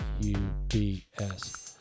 U-B-S